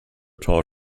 taught